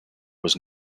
was